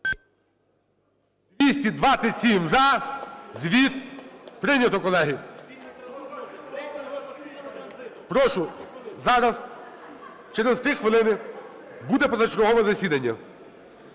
За-227 Звіт прийнято, колеги. Прошу, зараз, через 3 хвилини, буде позачергове засідання.